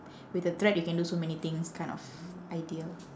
with a thread you can do so many things kind of idea